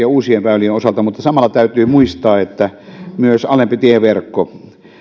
uusien väylien osalta mutta samalla täytyy muistaa että myös alempi tieverkko